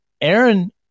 Aaron